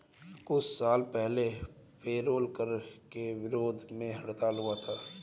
कुछ साल पहले पेरोल कर के विरोध में हड़ताल हुआ था